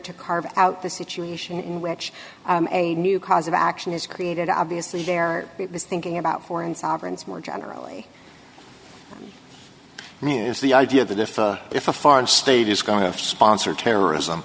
to carve out the situation in which a new cause of action is created obviously there is thinking about foreign sovereigns more generally news the idea that if if a foreign state is going to sponsor terrorism